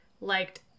liked